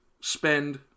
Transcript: spend